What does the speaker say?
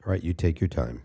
right you take your time